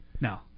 No